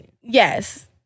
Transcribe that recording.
yes